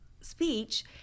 speech